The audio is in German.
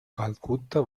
kalkutta